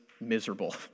miserable